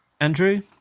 Andrew